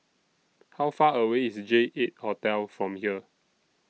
How Far away IS J eight Hotel from here